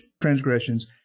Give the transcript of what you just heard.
transgressions